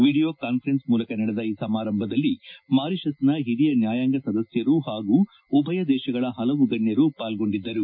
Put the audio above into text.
video conference ಮೂಲಕ ನಡೆದ ಈ ಸಮಾರಂಭದಲ್ಲಿ ಮಾರಿಷಸ್ನ ಹಿರಿಯ ನ್ಯಾಯಾಂಗ ಸದಸ್ಯರು ಹಾಗೂ ಉಭಯ ದೇಶಗಳ ಹಲವು ಗಣ್ಣರು ಪಾಲ್ಗೊಂಡಿದ್ದರು